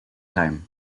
time